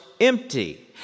empty